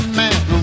man